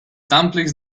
dumplings